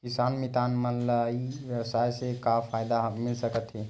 किसान मितान मन ला ई व्यवसाय से का फ़ायदा मिल सकथे?